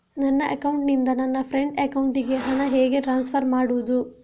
ನನ್ನ ಅಕೌಂಟಿನಿಂದ ನನ್ನ ಫ್ರೆಂಡ್ ಅಕೌಂಟಿಗೆ ಹಣ ಹೇಗೆ ಟ್ರಾನ್ಸ್ಫರ್ ಮಾಡುವುದು?